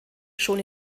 schon